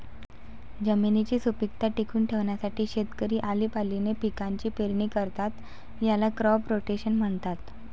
जमिनीची सुपीकता टिकवून ठेवण्यासाठी शेतकरी आळीपाळीने पिकांची पेरणी करतात, याला क्रॉप रोटेशन म्हणतात